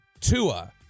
Tua